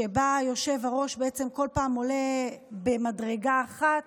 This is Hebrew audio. שבה היושב-ראש עולה בכל פעם במדרגה אחת